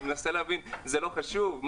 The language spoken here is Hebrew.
ואני מנסה להבין זה לא חשוב?